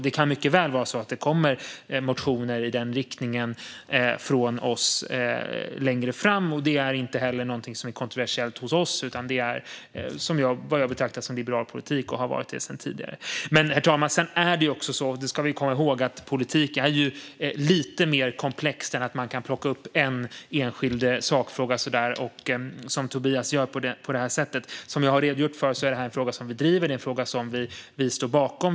Det kan mycket väl vara så att det kommer motioner i den riktningen från oss längre fram. Det är inte heller något som är kontroversiellt hos oss, utan det är något som jag betraktar som liberal politik - och har varit det sedan tidigare. Herr talman! Vi ska komma ihåg att politik är lite mer komplext än att man kan plocka upp en enskild sakfråga, som Tobias gör på det sättet. Jag har redogjort för att vi driver denna fråga, och det är en fråga som vi står bakom.